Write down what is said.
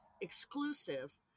exclusive